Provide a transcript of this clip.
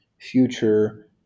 future